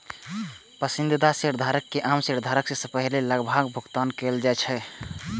पसंदीदा शेयरधारक कें आम शेयरधारक सं पहिने लाभांशक भुगतान कैल जाइ छै